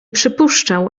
przypuszczał